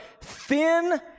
thin